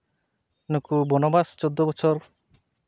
ᱱᱩᱠᱩ ᱵᱚᱱᱚᱵᱟᱥ ᱪᱳᱫᱫᱳ ᱵᱚᱪᱷᱚᱨ